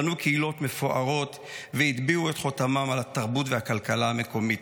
בנו קהילות מפוארות והטביעו את חותמם על התרבות והכלכלה המקומית.